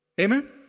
Amen